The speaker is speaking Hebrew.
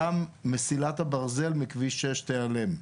גם מסילת הברזל מכביש 6 תיעלם.